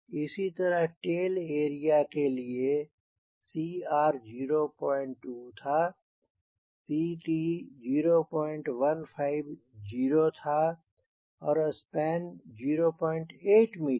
इसी तरह tail area के लिए CR 02 था CT 0150 था और स्पेन था 08 मीटर